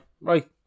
Right